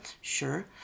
Sure